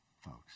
Folks